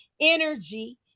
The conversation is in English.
energy